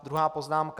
Druhá poznámka.